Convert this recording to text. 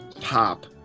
pop